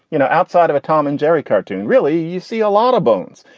you know, outside of a tom and jerry cartoon, really? you see a lot of bones.